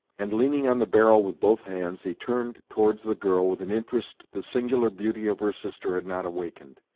and, leaning on the barrel with both hands, he turned towards the girl with an interest the singular beauty of her sister had not awakened.